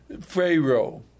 Pharaoh